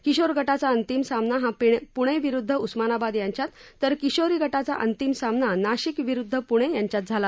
किशोर गटाचा अंतिम सामना हा प्णे विरुद्ध उस्मानाबाद यांच्यात तर किशोरी गटाचा अंतिम सामना नाशिक विरुद्ध प्णे यांच्यात झाला